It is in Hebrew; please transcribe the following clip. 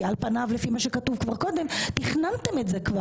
על פניו לפי מה שכתוב כבר קודם כבר תכננתם את זה,